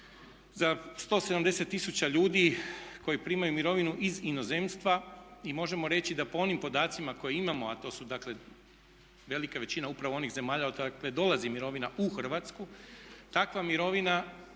za 170 tisuća ljudi koji primaju mirovinu iz inozemstva i možemo reći da po onim podacima koje imamo a to su dakle velika većina upravo onih zemalja odakle dolazi mirovina u Hrvatsku takva mirovina